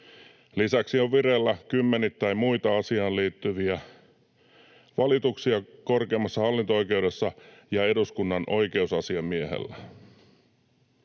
Lisäksi on vireillä kymmenittäin muita asiaan liittyviä valituksia korkeimmassa hallinto-oikeudessa ja eduskunnan oikeusasiamiehellä.